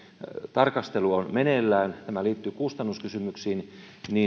tarkastelu on meneillään tämä liittyy kustannuskysymyksiin